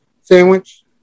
sandwich